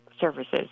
services